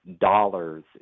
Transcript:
dollars